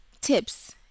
tips